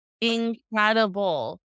incredible